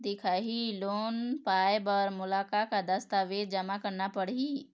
दिखाही लोन पाए बर मोला का का दस्तावेज जमा करना पड़ही?